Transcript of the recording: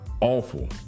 awful